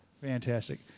Fantastic